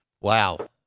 Wow